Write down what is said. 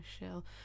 Michelle